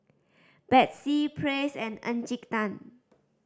Betsy Praise and Encik Tan